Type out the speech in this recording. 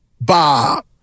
Bob